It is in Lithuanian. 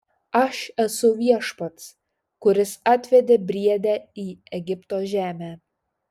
aš esu viešpats kuris atvedė briedę į egipto žemę